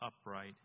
upright